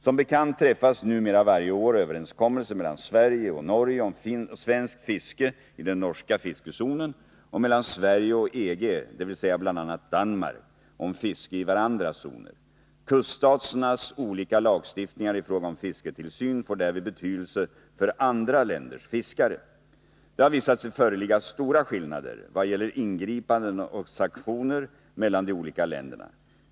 Som bekant träffas numera varje år överenskommelser mellan bl.a. Sverige och Norge om svenskt fiske i den norska fiskezonen och mellan Sverige och EG, dvs. bl.a. Danmark, om fiske i varandras zoner. Kuststaternas olika lagstiftningar i fråga om fisketillsyn får därvid betydelse för andra länders fiskare. Det har visat sig föreligga stora skillnader vad gäller ingripanden och sanktioner mellan de olika länderna.